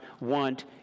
want